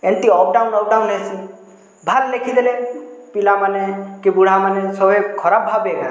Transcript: ଏଇଠି up down up down ହେସିଁ ବାହାର ଲେଖିଦେଲେ ପିଲାମାନେ କି ବୁଢ଼ା ମାନେ ଶୟେ ଖରାବ୍ ଭାବିବେ ଏକା